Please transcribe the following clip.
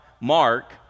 mark